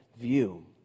view